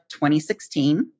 2016